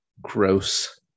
gross